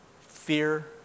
fear